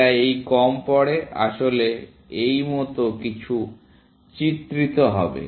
এটা এই কম পড়ে আসলে এই মত কিছু শুধু এই চিত্রিত হবে